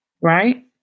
right